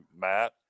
Matt